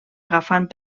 agafant